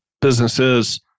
businesses